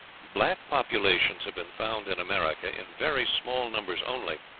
black populations have been found in america in very small numbers only,